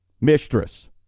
mistress